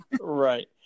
Right